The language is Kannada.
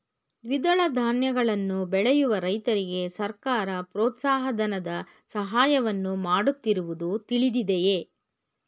ದ್ವಿದಳ ಧಾನ್ಯಗಳನ್ನು ಬೆಳೆಯುವ ರೈತರಿಗೆ ಸರ್ಕಾರ ಪ್ರೋತ್ಸಾಹ ಧನದ ಸಹಾಯವನ್ನು ಮಾಡುತ್ತಿರುವುದು ತಿಳಿದಿದೆಯೇ?